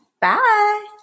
Bye